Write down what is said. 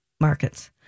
markets